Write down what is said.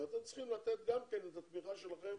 אבל אתם צריכים לתת גם כן את התמיכה שלכם